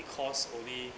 cost only